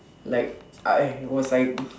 like I was like